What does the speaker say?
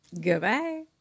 goodbye